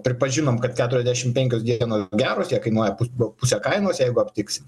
pripažinom kad keturiasdešimt penkios dienos geros jie kainuoja po pusę kainos jeigu aptiksim